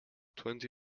twenty